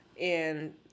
and-